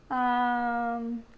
um